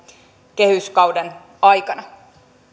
kehyskauden aikana